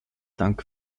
dank